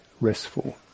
restful